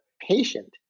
patient